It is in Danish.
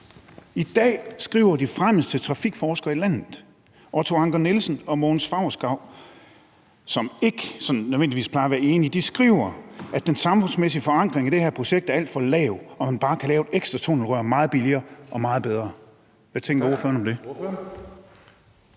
I dag skriver de fremmeste trafikforskere i landet, Otto Anker Nielsen og Mogens Fosgerau, som ikke sådan nødvendigvis plejer at være enige, at den samfundsmæssige forankring i det her projekt er alt for lav, og at man bare kan lave et ekstra tunnelrør meget billigere og meget bedre. Hvad tænker ordføreren om det?